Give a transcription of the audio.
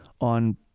on